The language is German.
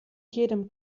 jedem